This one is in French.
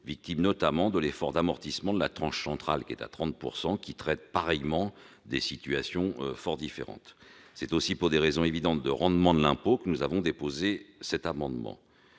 victime notamment de l'effet d'amortissement de la tranche centrale à 30 % qui traite pareillement des situations fort différentes. C'est aussi pour des raisons évidentes de rendement de l'impôt que nous avons déposé cet amendement.